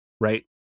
Right